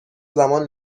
زمان